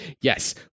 Yes